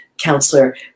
counselor